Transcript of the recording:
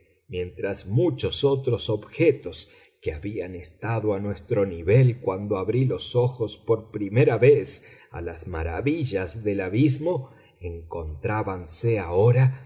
mientras muchos otros objetos que habían estado a nuestro nivel cuando abrí los ojos por primera vez a las maravillas del abismo encontrábanse ahora